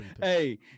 Hey